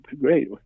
Great